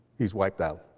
he's wiped out.